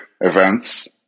events